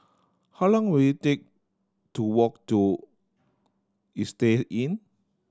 how long will it take to walk to Istay Inn